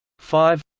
five